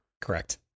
Correct